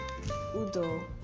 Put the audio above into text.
Udo